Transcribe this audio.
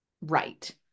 right